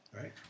right